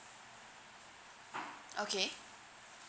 okay